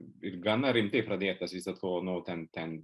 ir gana rimtai pradėtas vis dėlto nu ten ten